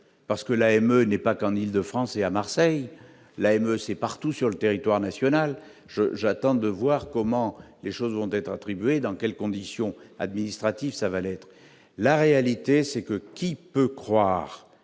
parce que là, elle menait pas qu'en Île-de-France et à Marseille, la MEC partout sur le territoire national je j'attends de voir comment les choses vont être attribuées dans quelles conditions administratives, ça va l'être, la réalité c'est que : qui peut croire